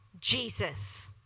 Jesus